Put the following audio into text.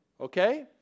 Okay